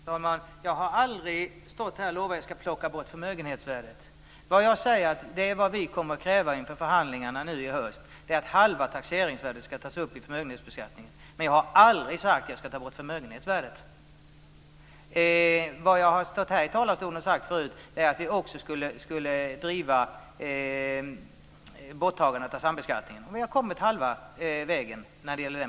Fru talman! Jag har aldrig stått här och lovat att jag ska plocka bort förmögenhetsvärdet. Det vi kommer att kräva inför förhandlingarna nu i höst är att halva taxeringsvärdet ska tas upp i förmögenhetsbeskattningen. Jag har aldrig sagt att jag ska ta bort förmögenhetsvärdet. Det jag har stått här i talarstolen och sagt förut är att vi också skulle driva borttagandet av sambeskattningen, och vi har kommit halva vägen där.